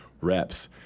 reps